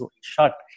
shut